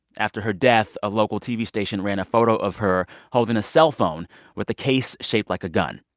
after her death, a local tv station ran a photo of her holding a cellphone with a case shaped like a gun.